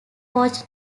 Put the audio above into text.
coach